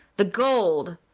the gold!